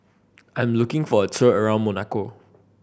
I am looking for a tour around Monaco